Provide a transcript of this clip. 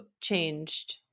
changed